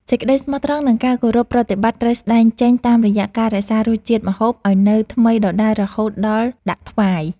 សេចក្តីស្មោះត្រង់ និងការគោរពប្រតិបត្តិត្រូវស្តែងចេញតាមរយៈការរក្សារសជាតិម្ហូបឱ្យនៅថ្មីដដែលរហូតដល់ដាក់ថ្វាយ។